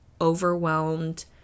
overwhelmed